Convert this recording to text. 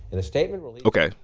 in a statement released. ok,